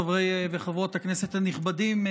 חברי וחברות הכנסת הנכבדים,